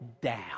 down